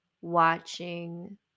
watching